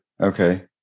Okay